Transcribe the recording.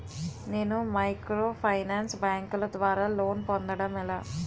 నేను మైక్రోఫైనాన్స్ బ్యాంకుల ద్వారా లోన్ పొందడం ఎలా?